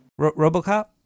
RoboCop